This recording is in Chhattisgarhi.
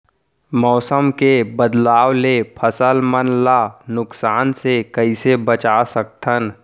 मौसम के बदलाव ले फसल मन ला नुकसान से कइसे बचा सकथन?